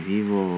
Vivo